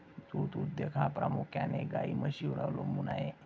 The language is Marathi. दूध उद्योग हा प्रामुख्याने गाई म्हशींवर अवलंबून आहे